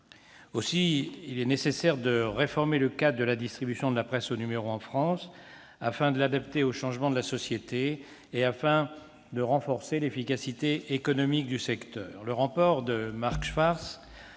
Aussi est-il nécessaire de réformer le cadre de la distribution de la presse au numéro en France, afin de l'adapter au changement de la société et afin de renforcer l'efficacité économique du secteur.